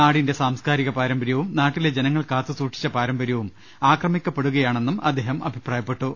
നാടിന്റെ സാംസ്കാരിക പാരമ്പര്യവും നാട്ടിലെ ജനങ്ങൾ കാത്തു സൂക്ഷിച്ച പാരമ്പര്യവും ആക്രമിക്കപ്പെടുകയാണെന്നും അദ്ദേഹം അഭിപ്രായപ്പെട്ടു